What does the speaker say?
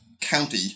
county